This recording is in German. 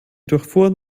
durchfuhren